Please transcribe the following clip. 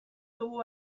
dugu